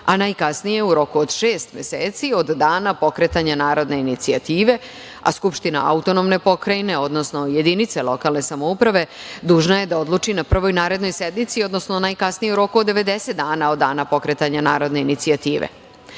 a najkasnije u roku od šest meseci od dana pokretanja narodne inicijative, a Skupština AP, odnosno jedinice lokalne samouprave dužna je da odluči na prvoj narednoj sednici, odnosno najkasnije u roku od 90 dana od dana pokretanja narodne inicijative. Ako